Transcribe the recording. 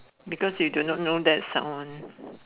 because you do not know that's someone